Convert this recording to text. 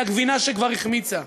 אלא גבינה שכבר החמיצה?